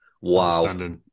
Wow